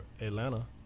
Atlanta